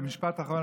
במשפט אחרון,